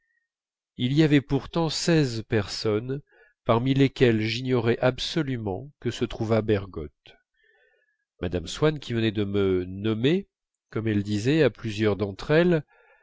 il y avait pourtant seize personnes parmi lesquelles j'ignorais absolument que se trouvât bergotte mme swann qui venait de me nommer comme elle disait à plusieurs d'entre elles